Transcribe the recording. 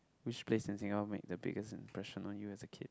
which place in Singapore made the biggest impression on you as a kid